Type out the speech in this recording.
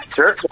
Sure